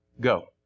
go